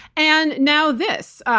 and now this.